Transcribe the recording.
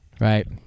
Right